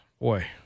Boy